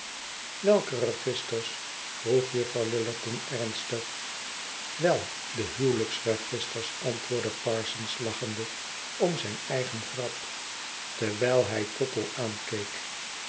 welke registers vroeg juffrouw lillerton ernstig wei de huwelijksregisters antwoordde parsons lachende om zijn eigen grap terwijl hij tottle aankeek